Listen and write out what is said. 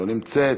לא נמצאת.